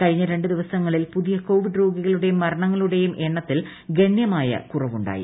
കഴിഞ്ഞ രണ്ട് ദിവസങ്ങളിൽ പുതിയ കോവിഡ് രോഗികളുടെയും മരണങ്ങളുടെയും എണ്ണത്തിൽ ഗണ്യമായ കുറവുണ്ടായി